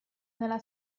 nella